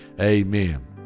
amen